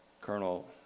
Colonel